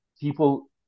people